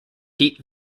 heat